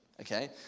Okay